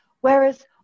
Whereas